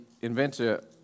inventor